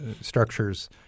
structures